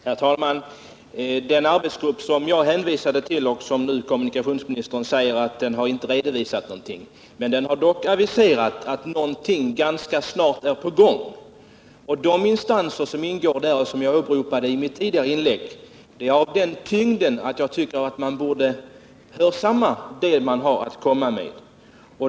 Herr talman! Kommunikationsministern sade att den arbetsgrupp som jag hänvisade till inte har redovisat någonting. Den har dock aviserat att någonting är på gång. De instanser som är representerade där och som jag åberopade i mitt tidigare inlägg är av den tyngden att jag tycker att man borde avvakta vad de har att komma med.